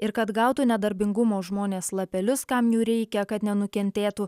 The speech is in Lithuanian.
ir kad gautų nedarbingumo žmonės lapelius kam jų reikia kad nenukentėtų